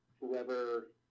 whoever